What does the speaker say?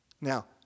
Now